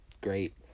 great